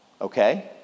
okay